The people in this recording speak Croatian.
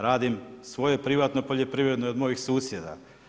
Radim svoje privatno poljoprivredno i od mojih susjeda.